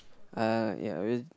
uh ya